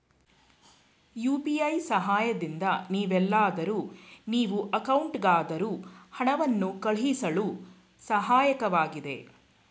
UPI ಸಹಾಯದಿಂದ ನೀವೆಲ್ಲಾದರೂ ನೀವು ಅಕೌಂಟ್ಗಾದರೂ ಹಣವನ್ನು ಕಳುಹಿಸಳು ಸಹಾಯಕವಾಗಿದೆ